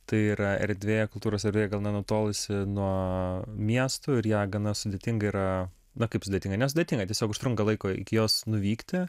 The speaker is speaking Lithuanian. tai yra erdvė kultūros erdvė gana nutolusi nuo miesto ir ją gana sudėtinga yra na kaip sudėtinga nesudėtinga tiesiog užtrunka laiko iki jos nuvykti